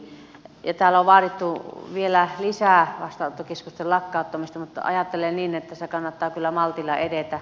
täällä on vaadittu vielä lisää vastaanottokeskusten lakkauttamista mutta ajattelen niin että tässä kannattaa kyllä maltilla edetä